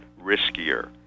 riskier